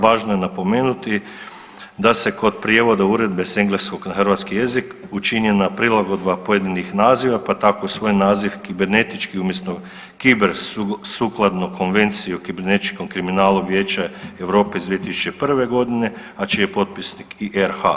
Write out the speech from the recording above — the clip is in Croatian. Važno je napomenuti da se kod prijevoda uredbe s engleskog na hrvatski jezik učinjena prilagodba pojedinih naziva pa tako svoj naziv kibernetički umjesto cyber sukladno Konvenciji o kibernetičkom kriminalu Vijeća Europe iz 2001. godine, a čiji je potpisnik i RH.